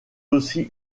aussi